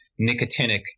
nicotinic